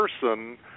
person